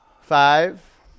Five